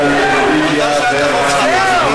אל תשכח, בני-דודים, שלנו.